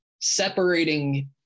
separating